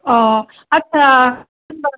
अ आदसा होनब्ला